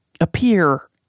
appear